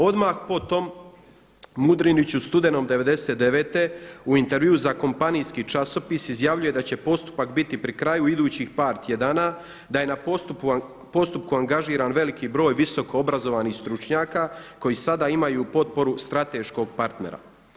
Odmah po tom Mudrinić u studenom '99. u intervjuu za kompanijski časopis izjavljuje da će postupak biti pri kraju idućih par tjedana, da je na postupku angažiran veliki broj visokoobrazovanih stručnjaka koji sada imaju potporu strateškog partnera.